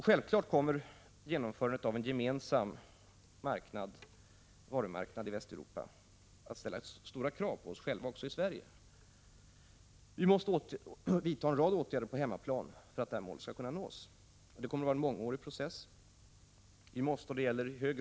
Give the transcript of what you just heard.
Självfallet kommer genomförandet av en gemensam varumarknad i Västeuropa att ställa stora krav på oss själva också i Sverige. Vi måste vidta en rad åtgärder på hemmaplan för att detta mål skall uppnås. Det kommer att bli en mångårig process.